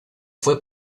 fue